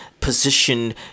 positioned